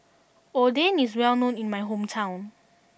Oden is well known in my hometown